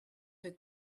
her